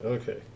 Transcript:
Okay